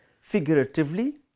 figuratively